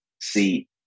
See